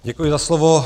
Děkuji za slovo.